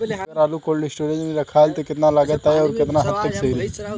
अगर आलू cold storage में रखायल त कितना लागत आई अउर कितना हद तक उ सही रही?